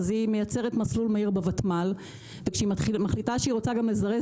אז היא מייצרת מסלול מהיר ב-ותמ"ל וכשהיא מחליטה שהיא רוצה גם לזרז